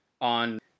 on